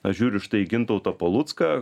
aš žiūriu štai į gintautą palucką